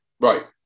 right